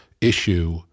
issue